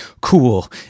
Cool